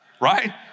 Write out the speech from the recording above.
right